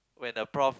when the prof